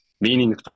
Meaning